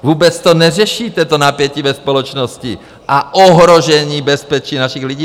Vůbec to neřešíte, to napětí ve společnosti a ohrožení bezpečí našich lidí.